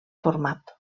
format